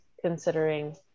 considering